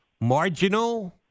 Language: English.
marginal